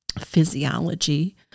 physiology